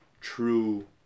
true